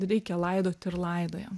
reikia laidoti ir laidojam